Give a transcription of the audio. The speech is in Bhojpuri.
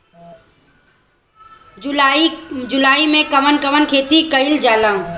जुलाई मे कउन कउन खेती कईल जाला?